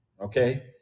Okay